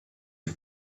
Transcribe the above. for